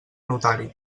notari